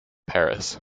paris